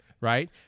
Right